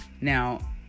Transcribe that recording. now